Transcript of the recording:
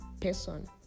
person